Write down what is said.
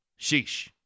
sheesh